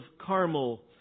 Carmel